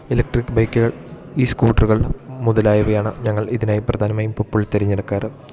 electric ബൈക്കുകൾ ഈ സ്കൂട്ടറുകൾ മുതലായവയാണ് ഞങ്ങൾ ഇതിനായി പ്രധാനമായും പുപ്പിള് തെരഞ്ഞെടുക്കാറ്